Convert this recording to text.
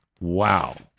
Wow